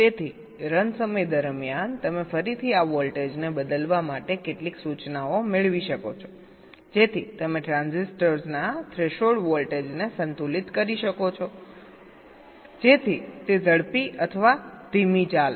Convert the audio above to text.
તેથી રન સમય દરમિયાન તમે ફરીથી આ વોલ્ટેજને બદલવા માટે કેટલીક સૂચનાઓ મેળવી શકો છો જેથી તમે ટ્રાન્ઝિસ્ટર્સના થ્રેશોલ્ડ વોલ્ટેજને સંતુલિત કરી શકો કે જેથી તે ઝડપી અથવા ધીમી ચાલે